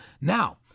Now